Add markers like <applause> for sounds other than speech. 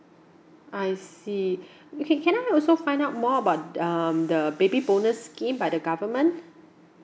I see <breath> okay can I also find out more about um the baby bonus scheme by the government